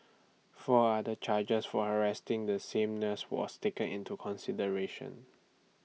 four other charges for harassing the same nurse was taken into consideration